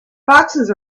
foxes